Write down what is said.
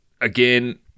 Again